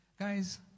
guys